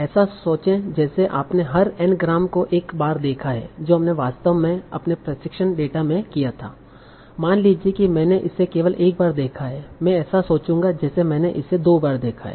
ऐसा सोचे जैसे आपने हर N ग्राम को एक बार देखा है जो हमने वास्तव में अपने प्रशिक्षण डेटा में किया था मान लीजिए कि मैंने इसे केवल एक बार देखा है मैं ऐसा सोचूंगा जैसे मैंने इसे दो बार देखा है